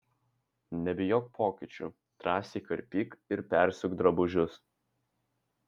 nebijok pokyčių drąsiai karpyk ir persiūk drabužius